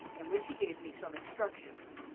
in which he gave me some instructions.